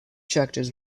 tractors